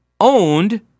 owned